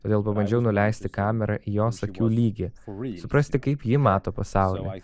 todėl pabandžiau nuleisti kamerą į jos akių lygį suprasti kaip ji mato pasaulį